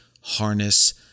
harness